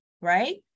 right